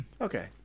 Okay